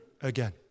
again